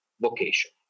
vocation